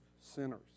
sinners